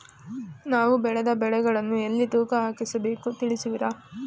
ನಾವು ಬೆಳೆದ ಬೆಳೆಗಳನ್ನು ಎಲ್ಲಿ ತೂಕ ಹಾಕಿಸಬೇಕು ತಿಳಿಸುವಿರಾ?